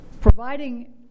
providing